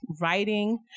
writing